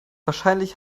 wahrscheinlich